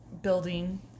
building